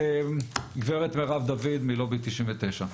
גברת מרב דוד מלובי 99,